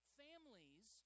families